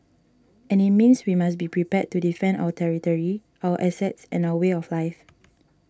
and it means we must be prepared to defend our territory our assets and our way of life